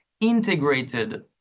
integrated